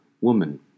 Woman